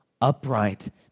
upright